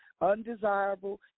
undesirable